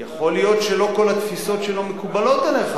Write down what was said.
יכול להיות שלא כל התפיסות שלו מקובלות עליך.